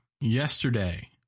yesterday